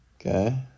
Okay